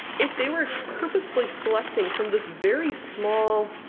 if they were purposefully selecting from this very small,